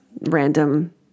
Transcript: random